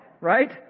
right